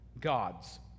gods